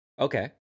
Okay